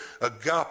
agape